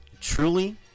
truly